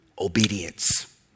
Obedience